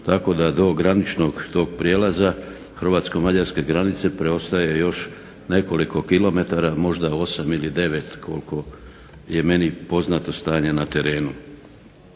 tako da do graničnog tog prijelaza hrvatsko-mađarske granice preostaje još nekoliko km možda 8 ili 9 koliko je meni poznato stanje na terenu.